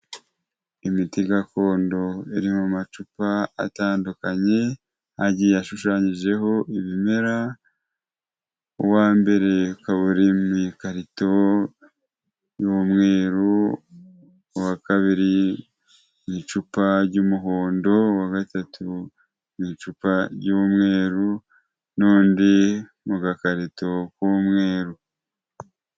Imiti gakondo iri mu macupa atandukanye agiye ashushanyijeho ibimera, uwa mbere ukaba uri mu ikarito y'umweru, uwa kabiri mu icupa ry'umuhondo, uwa gatatu mu icupa ry'umweru n'undi mu gakarito k'umweru.